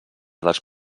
dels